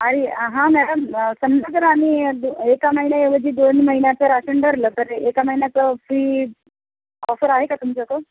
आई हां मॅडम समजा जर आम्ही दो एका महिन्याऐवजी दोन महिन्याचं राशन भरलं तर एका महिन्याचं फ्री ऑफर आहे का तुमच्याकडं